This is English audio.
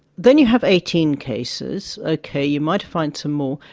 then you have eighteen cases, okay you might find some more,